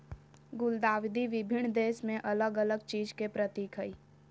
गुलदाउदी विभिन्न देश में अलग अलग चीज के प्रतीक हइ